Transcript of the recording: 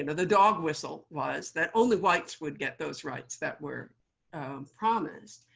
and the dog whistle was that only whites would get those rights that were promised.